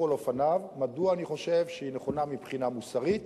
על אופניו מדוע אני חושב שהיא נכונה מבחינה מוסרית,